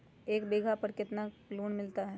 एक बीघा पर कितना लोन मिलता है?